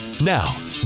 now